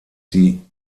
sie